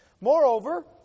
Moreover